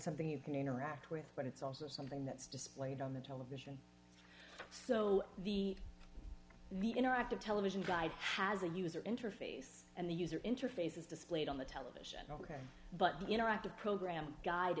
something you can interact with but it's also something that's displayed on the television so the the interactive television guide has a user interface and the user interface is displayed on the television ok but the interactive program guide